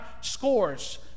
scores